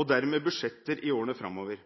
og dermed budsjetter i årene framover.